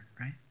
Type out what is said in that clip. right